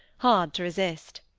hard to resist.